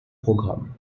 programme